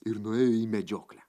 ir nuėjo į medžioklę